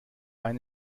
eine